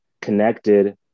connected